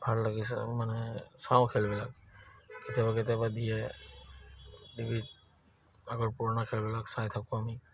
ভাল লাগিছে মানে চাওঁ খেলবিলাক কেতিয়াবা কেতিয়াবা দিয়ে আগৰ পুৰণা খেলবিলাক চাই থাকোঁ আমি